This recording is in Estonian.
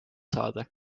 saada